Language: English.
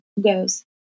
goes